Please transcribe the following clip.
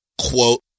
Quote